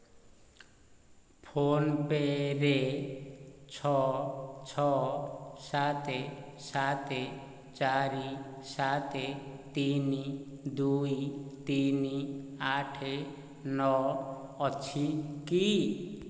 phone ପେ'ରେ ଛଅ ଛଅ ସାତ ସାତ ଚାରି ସାତ ତିନି ଦୁଇ ତିନି ଆଠ ନଅ ଅଛି କି